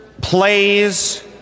plays